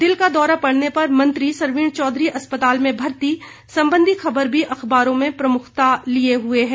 दिल का दौरा पड़ने पर मंत्री सरवीण चौधरी अस्पताल में भर्ती संबंधी खबर भी अखबारों में प्रमुखता लिए हुए है